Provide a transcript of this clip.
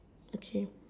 okay